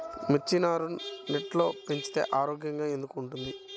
మిర్చి నారు నెట్లో పెంచితే ఆరోగ్యంగా ఎందుకు ఉంటుంది?